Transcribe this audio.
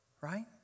Right